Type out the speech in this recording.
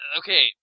okay